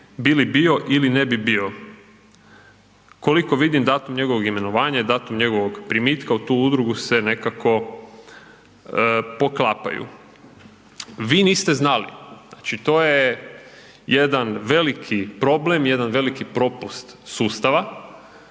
bi li bio ili ne bi bio.“ Koliko vidim datum njegovog imenovanja je datum njegovog primitka u tu udrugu se nekako poklapaju. Vi niste znali. Znači to je jedan veliki problem, jedan veliki propust sustava.